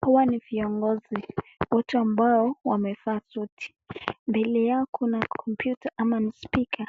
Hawa ni viongozi ,wote ambao wamevaa suti, mbele yao kuna kompyuta ama ni spika.